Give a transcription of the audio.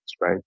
right